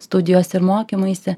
studijos ir mokymaisi